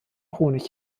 honig